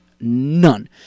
None